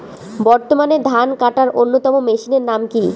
বর্তমানে ধান কাটার অন্যতম মেশিনের নাম কি?